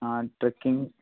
ആ ട്രക്കിങ്